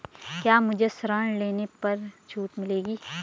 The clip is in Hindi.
क्या मुझे ऋण लेने पर छूट मिलेगी?